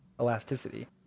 elasticity